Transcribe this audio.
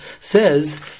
says